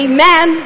Amen